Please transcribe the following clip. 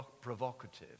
provocative